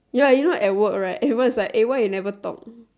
ya you know at work right everyone is like eh why you never talk